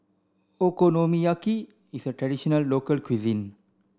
Okonomiyaki is a traditional local cuisine